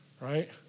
Right